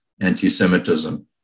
anti-Semitism